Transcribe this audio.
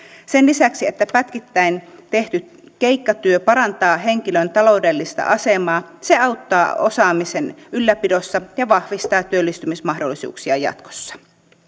sen lisäksi että pätkittäin tehty keikkatyö parantaa henkilön taloudellista asemaa se auttaa osaamisen ylläpidossa ja vahvistaa työllistymismahdollisuuksia jatkossa